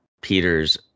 Peter's